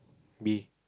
me